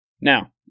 Now